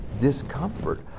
discomfort